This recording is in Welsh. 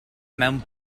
mewn